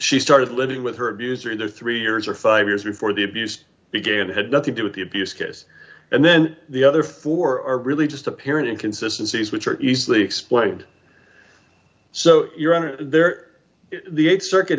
she started living with her abuser either three years or five years before the abused began had nothing do with the abuse case and then the other four are really just apparent inconsistency which are easily explained so your honor there is the eight circuit